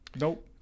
nope